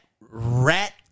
rat